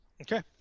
Okay